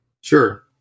Sure